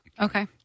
Okay